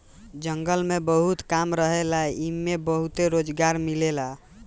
जंगल में बहुत काम रहेला एइमे बहुते रोजगार मिलेला